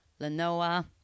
Lenoa